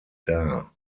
dar